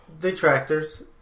detractors